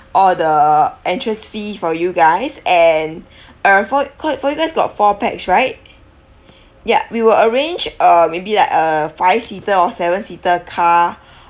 all the entrance fee for you guys and uh four four you guys got four pax right ya we will arrange uh maybe like a five seater or seven seater car